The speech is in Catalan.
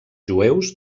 jueus